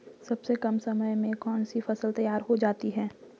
सबसे कम समय में कौन सी फसल तैयार हो जाती है?